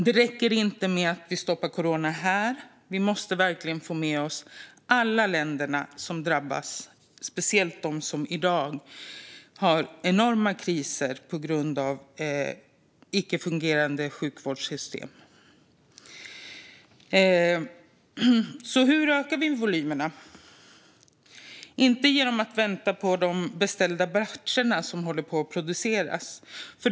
Det räcker inte med att vi stoppar corona här. Vi måste verkligen få med oss alla länder som drabbas. Det gäller speciellt de som i dag har enorma kriser på grund av icke-fungerande sjukvårdssystem. Hur ökar vi volymerna? Det gör vi inte genom att vänta på de beställda batcher som håller på att produceras.